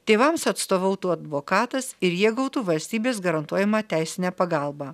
tėvams atstovautų advokatas ir jie gautų valstybės garantuojamą teisinę pagalbą